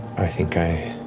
i think i